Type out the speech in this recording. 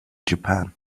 japan